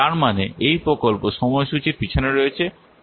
তার মানে এই প্রকল্প সময়সূচীর পিছনে রয়েছে